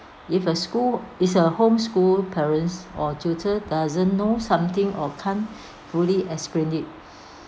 if a school is a home school parents or tutor doesn't know something or can't fully explain it